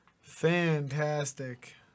Fantastic